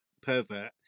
pervert